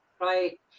right